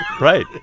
Right